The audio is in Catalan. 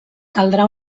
caldrà